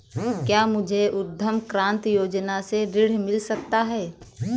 क्या मुझे उद्यम क्रांति योजना से ऋण मिल सकता है?